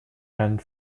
and